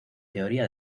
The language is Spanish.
teoría